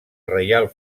reial